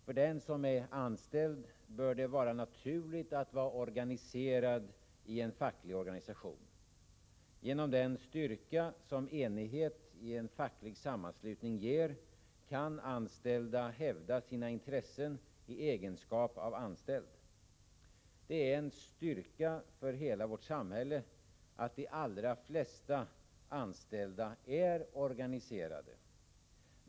För den som är anställd bör det vara naturligt att vara organiserad i en facklig organisation. Genom den styrka som enighet i en facklig sammanslutning ger kan anställda hävda sina intressen i egenskap av anställda. Det är en styrka för hela vårt samhälle att de allra flesta anställda är organiserade.